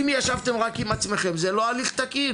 אם ישבתם רק עם עצמכם זה לא הליך תקין,